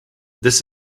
this